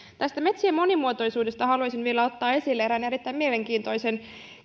tästä metsien monimuotoisuudesta haluaisin vielä ottaa esille erään erittäin mielenkiintoisen